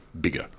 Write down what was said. bigger